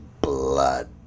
Blood